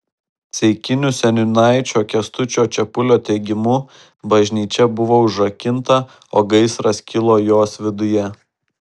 ceikinių seniūnaičio kęstučio čepulio teigimu bažnyčia buvo užrakinta o gaisras kilo jos viduje